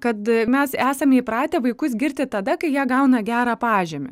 kad mes esame įpratę vaikus girti tada kai jie gauna gerą pažymį